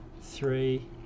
three